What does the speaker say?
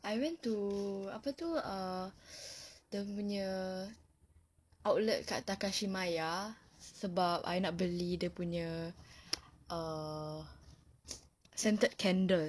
I went to apa itu to err the dia punya outlet dekat takashimaya sebab I nak beli dia punya err scented candle